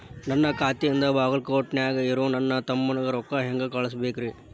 ನನ್ನ ಖಾತೆಯಿಂದ ಬಾಗಲ್ಕೋಟ್ ನ್ಯಾಗ್ ಇರೋ ನನ್ನ ತಮ್ಮಗ ರೊಕ್ಕ ಹೆಂಗ್ ಕಳಸಬೇಕ್ರಿ?